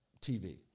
TV